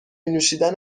نوشیدن